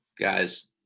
guys